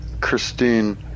Christine